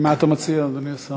מה אתה מציע, אדוני השר?